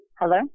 Hello